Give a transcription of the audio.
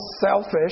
selfish